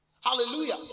Hallelujah